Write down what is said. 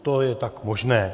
To je tak možné.